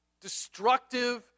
destructive